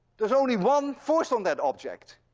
there's only one force on that object.